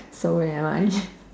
so am I